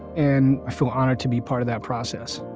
and i feel honored to be part of that process